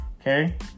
okay